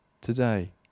Today